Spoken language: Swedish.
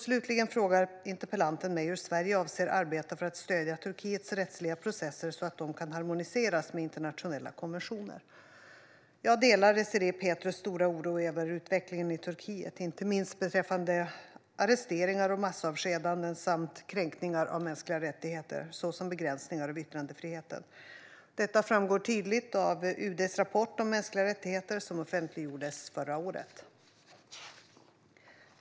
Slutligen frågar interpellanten mig hur Sverige avser att arbeta för att stödja Turkiets rättsliga processer så att de kan harmoniseras med internationella konventioner. Jag delar Désirée Pethrus stora oro över utvecklingen i Turkiet, inte minst beträffande arresteringar och massavskedanden samt kränkningar av mänskliga rättigheter såsom begränsningar av yttrandefriheten. Detta framgår tydligt av UD:s rapport om mänskliga rättigheter som offentliggjordes förra året.